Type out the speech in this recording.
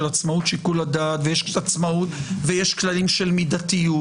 עצמאות שיקול הדעת ויש כללים של מידתיות,